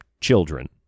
children